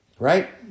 Right